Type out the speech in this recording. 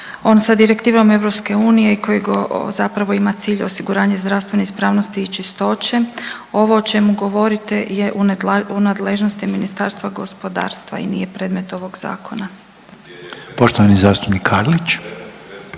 on sa direktivom EU i koji zapravo ima cilj osiguranje zdravstvene ispravnosti i čistoće. Ovo o čemu govorite je u nadležnosti Ministarstva gospodarstva i nije predmet ovog zakona. **Reiner,